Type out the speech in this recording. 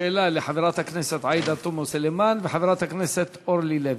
שאלה נוספת לחברת הכנסת עאידה תומא סלימאן ולחברת הכנסת אורלי לוי.